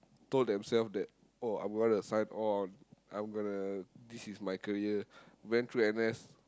told themselves that oh I'm going to sign on I'm going to this is my career went through N_S